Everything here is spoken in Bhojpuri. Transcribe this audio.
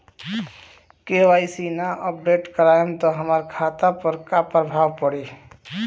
के.वाइ.सी ना अपडेट करवाएम त हमार खाता पर का प्रभाव पड़ी?